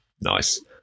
Nice